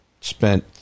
spent